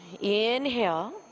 Inhale